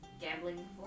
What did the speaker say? gambling